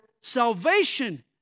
salvation